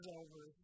over